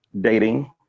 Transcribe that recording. dating